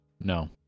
No